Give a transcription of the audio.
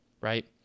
right